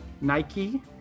Nike